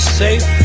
safe